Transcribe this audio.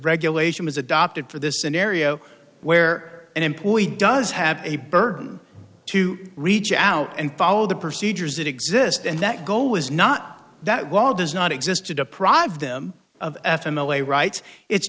regulation is adopted for this scenario where an employee does have a burden to reach out and follow the procedures that exist and that goal was not that well does not exist to deprive them of f m l a right it's